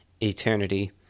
eternity